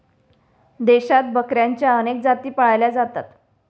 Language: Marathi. देशात बकऱ्यांच्या अनेक जाती पाळल्या जातात